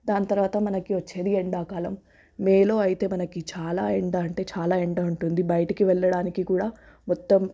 దాని తరువాత మనకు వచ్చేది ఎండాకాలం మేలో అయితే మనకి చాలా ఎండ అంటే చాలా ఎండ ఉంటుంది బయటకి వెళ్ళడానికి కూడ మొత్తం